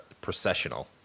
processional